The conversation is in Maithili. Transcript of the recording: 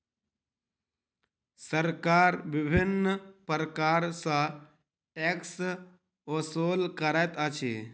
सरकार विभिन्न प्रकार सॅ टैक्स ओसूल करैत अछि